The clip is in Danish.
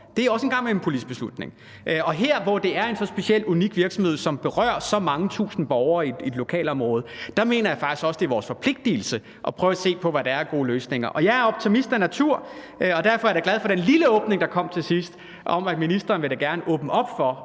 Det er også en gang imellem en politisk beslutning. Og her, hvor det er en så speciel, unik virksomhed, som berører så mange tusind borgere i et lokalområde, mener jeg faktisk også, at det er vores forpligtigelse at prøve at se på, hvad der er af gode løsninger. Jeg er optimist af natur, og derfor er jeg da glad for den lille åbning, der kom til sidst, om, at ministeren da gerne vil åbne op for